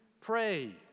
pray